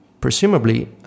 presumably